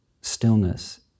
stillness